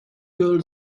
girl